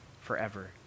forever